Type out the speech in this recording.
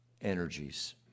energies